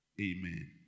Amen